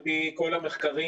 על פי כל המחקרים,